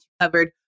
covered